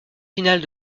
finale